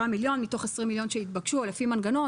מתוך כ-20 מיליון שהתבקשו, או לפי מנגנון.